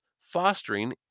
fostering